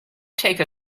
take